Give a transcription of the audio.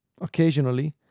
Occasionally